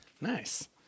Nice